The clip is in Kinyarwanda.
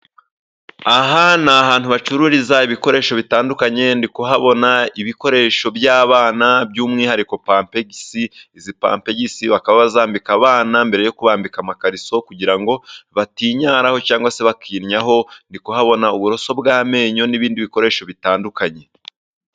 Aha n'ahantu bacururiza ibikoresho bitandukanye; ndi kuhabona ibikoresho by'abana, by'umwihariko pampegisi, izi pampegisi bakaba bazambika abana, mbere yo kubambika amakariso kugira ngo batinyaraho, cyangwa se bakinyaho, ndikuhabona; uburoso bw'amenyo, n'ibindi bikoresho bitandukanye.